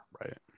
right